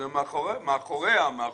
זה מאחוריהם.